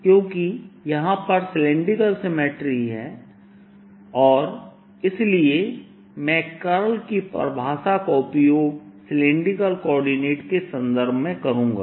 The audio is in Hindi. क्योंकि यहां पर सिलैंडरिकल सिमेट्री है और इसलिए मैं कर्ल की परिभाषा का उपयोग सिलैंडरिकल कोऑर्डिनेट के संदर्भ में करूंगा